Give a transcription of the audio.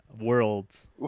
worlds